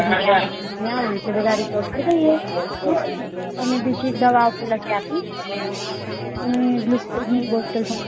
આવો એટલે બધા રીપોર્ટ કરી દઈએ અને બીજી એક દવા પણ લખી આપીશ અને ગ્લુકોઝની બોટલ પણ